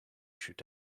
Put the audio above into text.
should